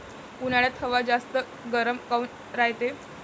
उन्हाळ्यात हवा जास्त गरम काऊन रायते?